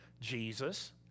Jesus